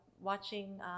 watching